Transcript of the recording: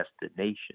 destination